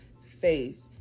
faith